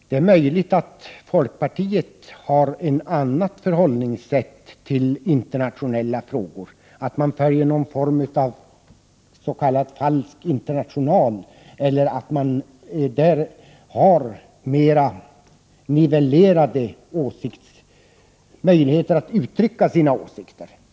Det är möjligt att folkpartiet har ett annat förhållningssätt till internationella frågor, dvs. att man följer någon form av s.k. falsk international eller att man har mer nivellerade möjligheter att uttrycka sina åsikter.